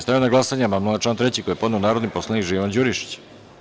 Stavljam na glasanje amandman na član 3. koji je podneo narodni poslanik Živan Đurišić.